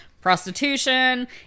prostitution